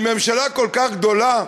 עם ממשלה כל כך גדולה,